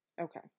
Okay